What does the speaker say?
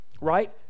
right